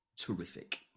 terrific